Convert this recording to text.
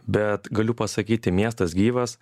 bet galiu pasakyti miestas gyvas